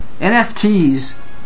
NFTs